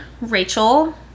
Rachel